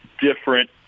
different –